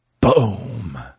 Boom